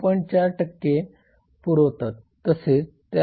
4 पुरवतात तसेच त्यात 9